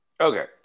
Okay